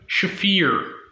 Shafir